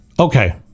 Okay